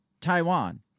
Taiwan